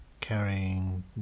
carrying